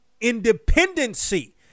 independency